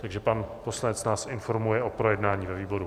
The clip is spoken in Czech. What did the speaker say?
Takže pan poslanec nás informuje o projednání ve výboru.